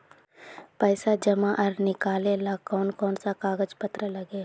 पैसा जमा आर निकाले ला कोन कोन सा कागज पत्र लगे है?